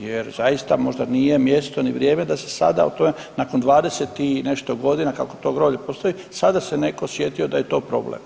Jer zaista možda nije mjesto ni vrijeme da se sada o tome, nakon 20 i nešto godina kako to groblje postoji sada se netko sjetio da je to problem.